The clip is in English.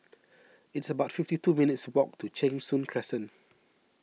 it's about fifty two minutes' walk to Cheng Soon Crescent